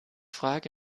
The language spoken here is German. frage